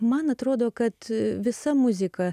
man atrodo kad visa muzika